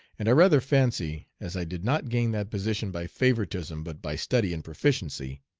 and i rather fancy, as i did not gain that position by favoritism, but by study and proficiency,